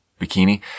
bikini